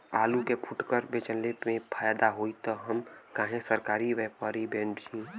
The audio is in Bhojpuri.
आलू के फूटकर बेंचले मे फैदा होई त हम काहे सरकारी व्यपरी के बेंचि?